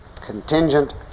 contingent